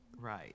Right